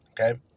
Okay